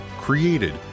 created